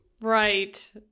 Right